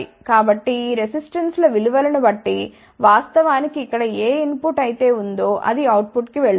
కాబట్టి ఈ రెసిస్టెన్స్ ల విలువను బట్టి వాస్తవానికి ఇక్కడ ఏ ఇన్పుట్ అయితే వుందో అది అవుట్పుట్కు వెళుతుంది